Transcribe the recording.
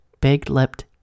big-lipped